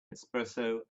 espresso